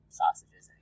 sausages